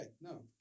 No